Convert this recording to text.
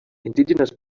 indigenous